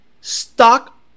stock